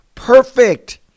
perfect